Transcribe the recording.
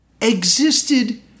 existed